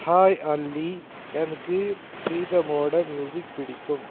hi ஆல்லி எனக்கு ப்ரீதமோட மியூசிக் பிடிக்கும்